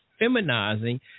feminizing